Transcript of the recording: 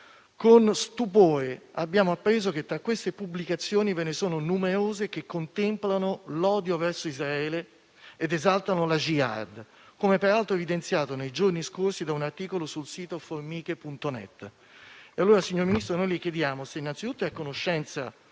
con stupore abbiamo appreso che tra queste pubblicazioni ve ne sono numerosi che contemplano l'odio verso Israele ed esaltano la *jihad*, come peraltro evidenziato nei giorni scorsi da un articolo sul sito formiche.net. Signor Ministro, le chiediamo se innanzitutto è a conoscenza